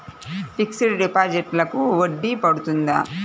Fixed డిపాజిట్లకు వడ్డీ పడుతుందా?